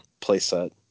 playset